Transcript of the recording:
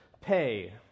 pay